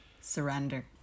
Surrender